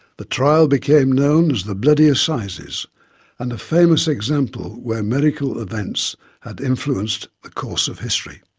the trial became known as the bloody assizes and a famous example where medical events have influenced the course of history.